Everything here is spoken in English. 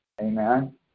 Amen